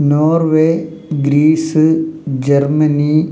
Norway Greece Germany